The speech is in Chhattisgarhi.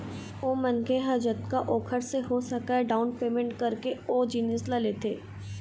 ओ मनखे ह जतका ओखर से हो सकय डाउन पैमेंट करके ओ जिनिस ल लेथे